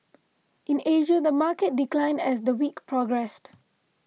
in Asia the market declined as the week progressed